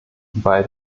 bei